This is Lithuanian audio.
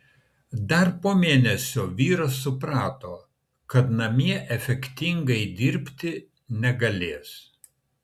dar po mėnesio vyras suprato kad namie efektyviai dirbti negalės